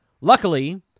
Luckily